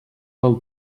del